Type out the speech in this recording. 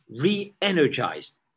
re-energized